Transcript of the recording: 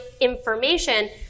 information